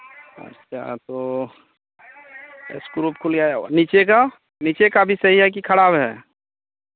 अच्छा तो स्क्रू खुल गया है नीचे का नीचे का भी सही है कि खराब है